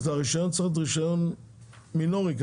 אז הרישיון צריך להיות רישיון מינורי,